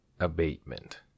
abatement